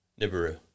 Nibiru